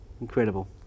Incredible